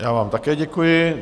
Já vám také děkuji.